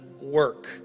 work